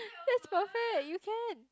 that's perfect you can